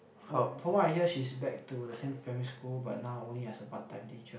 from from what I hear she's back to the same primary school but now only as a part time teacher